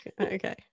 okay